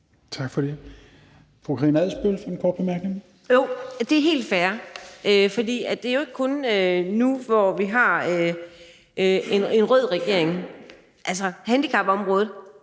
Tak for det. Fru Karina Adsbøl for en kort bemærkning. Kl. 20:47 Karina Adsbøl (DF): Jo, det er helt fair, for det er jo ikke kun nu, hvor vi har en rød regering. Altså, handicapområdet